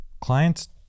Clients